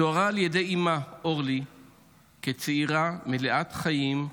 היא תוארה על ידי אימה אורלי כצעירה מלאת חיים,